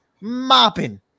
Mopping